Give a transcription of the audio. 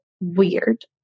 weird